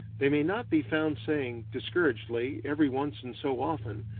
they may not be found saying, discouragedly, every once in so often,